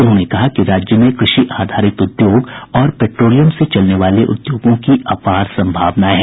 उन्होंने कहा कि राज्य में कृषि आधारित उद्योग और पेट्रोलियम से चलने वाले उद्योगों की अपार संभावनाएं हैं